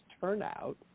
turnout